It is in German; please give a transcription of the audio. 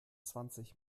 zwanzig